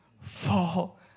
Fall